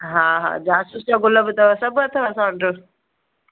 हा हा जासूस जा गुल बि अथव सभु अथव असां वटि